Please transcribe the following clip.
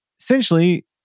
Essentially